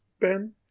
Ben